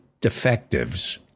defectives